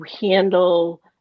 handle